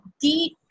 deep